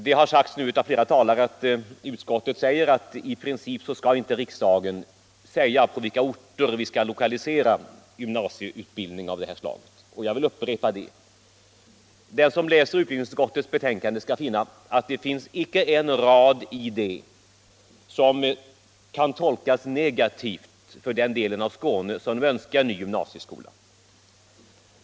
Det har framhållits av flera talare att utskottet säger att i princip skall inte riksdagen ange till vilka orter man skall lokalisera gymnasieutbildning av det här slaget. Och jag vill upprepa det. Den som läser utbildningsutskottets betänkande skall finna att det förekommer icke en rad i det som kan tolkas negativt för den del av Skåne som önskar ny gymnasieskola.